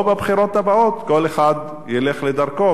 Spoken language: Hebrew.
או בבחירות הבאות כל אחד ילך לדרכו,